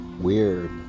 weird